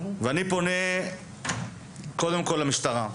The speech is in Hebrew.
ואני פונה קודם כל למשטרה,